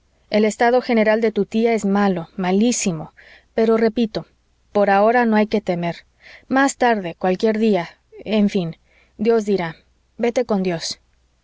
el estado general de tu tía es malo malísimo pero repito por ahora no hay que temer más tarde cualquier día en fin dios dirá vete con dios